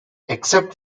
except